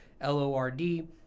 L-O-R-D